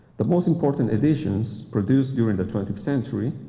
the most important editions produced during the twentieth century,